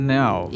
now